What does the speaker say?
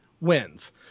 wins